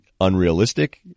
unrealistic